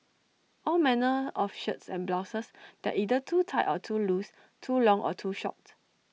all manner of shirts and blouses that either too tight or too loose too long or too short